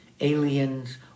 aliens